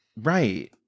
right